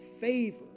favor